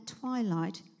twilight